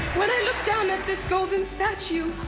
when i look down at this golden statue,